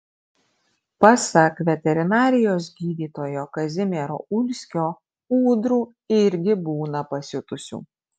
pasak veterinarijos gydytojo kazimiero ulskio ūdrų irgi būna pasiutusių